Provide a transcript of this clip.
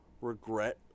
regret